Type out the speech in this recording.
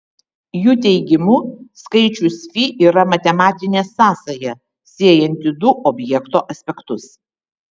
jų teigimu skaičius fi yra matematinė sąsaja siejanti du objekto aspektus